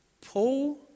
Paul